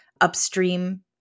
upstream